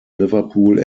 liverpool